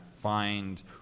find